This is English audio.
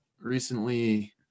recently